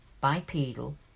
bipedal